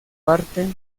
parte